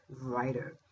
writer